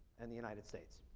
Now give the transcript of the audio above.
and the united states.